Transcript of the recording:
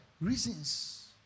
reasons